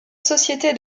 société